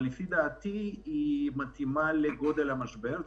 אבל לדעתי היא מתאימה לגודל המשבר.